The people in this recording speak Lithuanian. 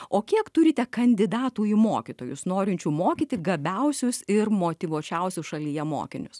o kiek turite kandidatų į mokytojus norinčių mokyti gabiausius ir motyvuočiausius šalyje mokinius